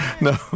No